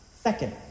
Second